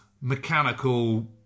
mechanical